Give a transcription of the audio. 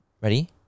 Ready